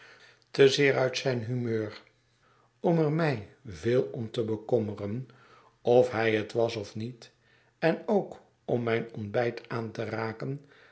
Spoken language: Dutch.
te zeer uit mijn humeur om er mij veel om te bekommeren of hij het was of niet en ook om mijn ontbijt aan te raken